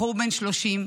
בחור בן 30,